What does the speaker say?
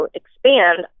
expand